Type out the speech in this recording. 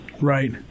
Right